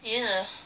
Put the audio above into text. yeah